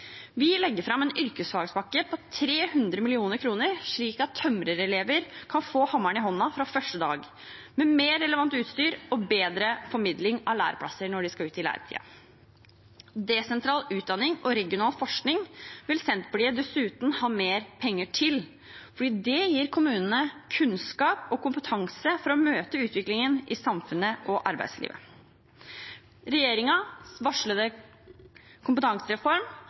legger fram en yrkesfagpakke på 300 mill. kr, slik at tømrerelever kan få hammeren i hånda fra første dag – med mer relevant utstyr og bedre formidling av læreplasser når de skal ut i læretiden. Desentral utdanning og regional forskning vil Senterpartiet dessuten ha mer penger til, for det gir kommunene kunnskap og kompetanse for å møte utviklingen i samfunnet og arbeidslivet. Regjeringens varslede kompetansereform